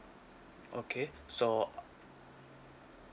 okay so